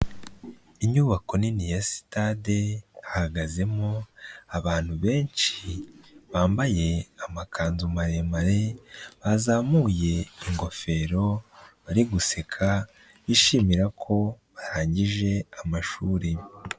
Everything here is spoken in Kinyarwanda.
Inyubako nini ya sitade hahagazemo abantu benshi bambaye amakanzu maremare bazamuye ingofero bari guseka bishimira ko barangije amashuri.